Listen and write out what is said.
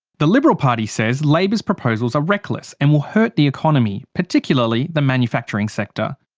the liberal party says labor's proposals are reckless and will hurt the economy, particularly the manufacturing sector.